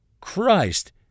Christ